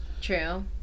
True